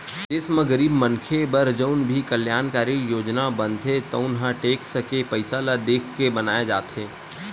देस म गरीब मनखे बर जउन भी कल्यानकारी योजना बनथे तउन ह टेक्स के पइसा ल देखके बनाए जाथे